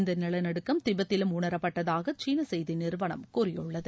இந்த நிலநடுகம் திபெத்திலும் உணரப்பட்டதாக சீன செய்தி நிறுவனம் கூறியுள்ளது